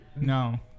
No